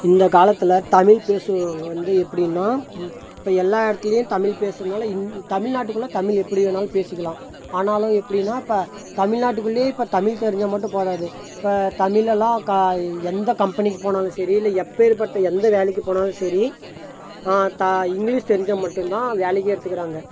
இந்த காலத்தில் தமிழ் பேசுகிறவங்க வந்து எப்படின்னா இப்போ எல்லா இடத்துலையும் தமிழ் பேசுகிறனால இன் தமிழ்நாட்டுக்குள்ளே தமிழ் எப்படி வேண்ணாலும் பேசிக்கலாம் ஆனாலும் எப்படின்னா இப்போ தமிழ்நாட்டுக்குள்ளேயே இப்போ தமிழ் தெரிஞ்சால் மட்டும் போதாது இப்போ தமிழ் எல்லாம் கா இ எந்த கம்பெனிக்கு போனாலும் சரி இல்லை எப்பேர்பட்ட எந்த வேலைக்கு போனாலும் சரி தா இங்கிலிஷ் தெரிஞ்சால் மட்டும்தான் வேலைக்கே எடுத்துக்கிறாங்க